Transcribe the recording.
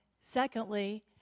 secondly